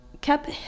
kept